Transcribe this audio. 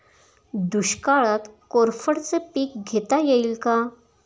दुष्काळात कोरफडचे पीक घेता येईल का?